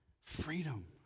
freedom